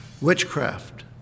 witchcraft